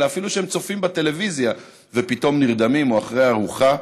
אלא אפילו כשהם צופים בטלוויזיה ופתאום נרדמים או אחרי ארוחה.